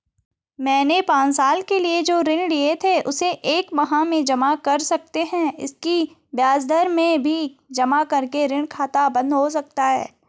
मैंने पांच साल के लिए जो ऋण लिए थे उसे एक माह में जमा कर सकते हैं इसकी ब्याज दर भी जमा करके ऋण खाता बन्द हो सकता है?